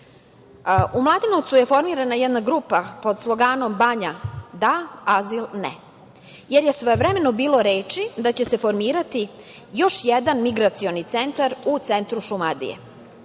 Mladenovcu je formirana jedna grupa pod sloganom „Banja da, azil ne“, jer je svojevremeno bilo reči da će se formirati još jedan migracioni centar u centru Šumadije.